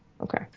Okay